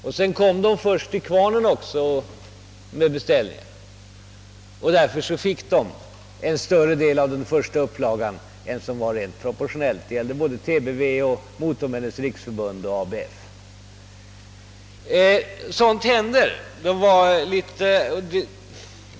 Och sedan kom de också först till kvarnen med sina beställningar. Därför fick de en större del av den första upplagan än de proportionellt skulle ha haft. Sådant händer.